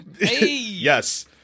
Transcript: Yes